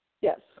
Yes